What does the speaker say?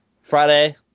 friday